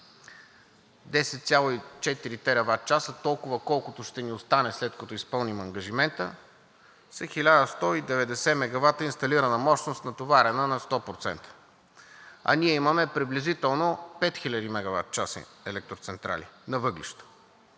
10,4 тераватчаса, толкова, колкото ще ни остане, след като изпълним ангажимента, са 1190 мегавата инсталирана мощност, натоварена сто процента. А ние имаме приблизително 5000 мегаватчаса електроцентрали на въглища.